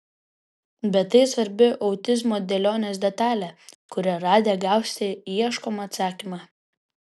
bet tai svarbi autizmo dėlionės detalė kurią radę gausite ieškomą atsakymą